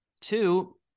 Two